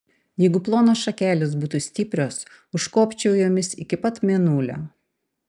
jeigu plonos šakelės būtų stiprios užkopčiau jomis iki pat mėnulio